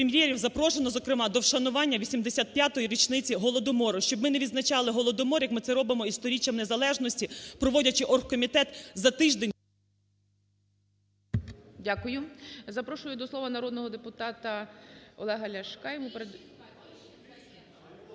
Дякую. Запрошую до слова народного депутата Олега Ляшка.